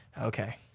Okay